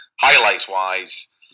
highlights-wise